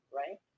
right